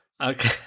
Okay